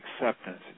acceptance